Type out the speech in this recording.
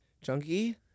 chunky